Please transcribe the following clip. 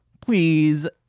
please